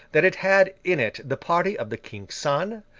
that it had in it the party of the king's son,